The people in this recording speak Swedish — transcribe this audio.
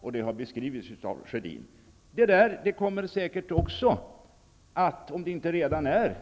Om dessa saker inte redan är